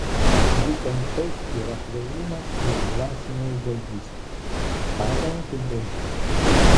būtent tai yra kvailumas ir dvasinė ubagystė pagal apibrėžimą